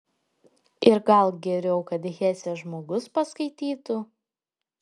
ir gal geriau kad hesę žmogus paskaitytų